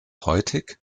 häutig